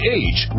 age